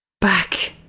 back